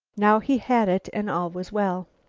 now he had it and all was well.